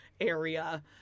area